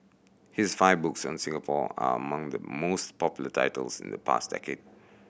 his five books on Singapore are among the most popular titles in the past decade